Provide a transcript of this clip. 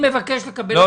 אני מבקש לקבל החלטה.